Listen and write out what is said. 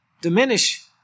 diminish